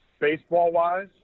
baseball-wise